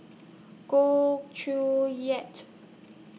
Goh Chiew yet